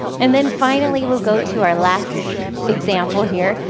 and then finally we'll go to our last example here.